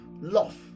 Love